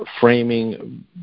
framing